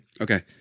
Okay